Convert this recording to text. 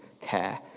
care